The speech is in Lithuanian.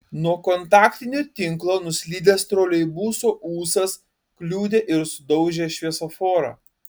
nuo kontaktinio tinklo nuslydęs troleibuso ūsas kliudė ir sudaužė šviesoforą